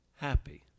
happy